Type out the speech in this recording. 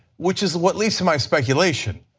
which is what leads to my speculation.